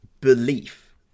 belief